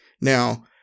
Now